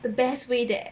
the best way that